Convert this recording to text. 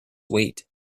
weight